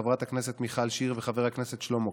חברת הכנסת מיכל שיר וחבר הכנסת שלמה קרעי,